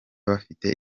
bafite